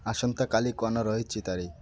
ଆସନ୍ତାକାଲି କ'ଣ ରହିଛି ତାରିଖ